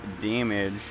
damage